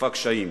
רצופה קשיים,